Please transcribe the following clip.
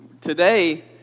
Today